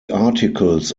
articles